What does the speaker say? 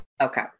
Okay